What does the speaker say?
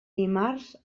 dimarts